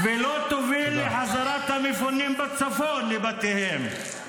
-- ולא תוביל לחזרת המפונים לבתיהם בצפון,